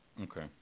okay